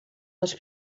les